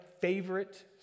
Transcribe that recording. favorite